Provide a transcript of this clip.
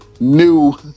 New